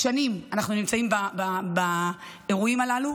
שנים אנחנו נמצאים באירועים הללו.